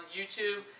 YouTube